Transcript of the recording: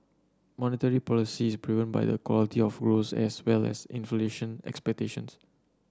monetary policy is proven by the quality of growth as well as inflation expectations